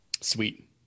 Sweet